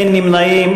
אין נמנעים.